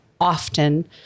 often